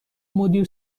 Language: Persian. مدیر